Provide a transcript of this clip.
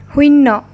শূন্য